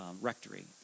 rectory